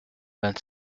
vingt